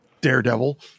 daredevil